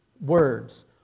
words